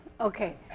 Okay